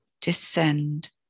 descend